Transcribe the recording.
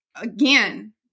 Again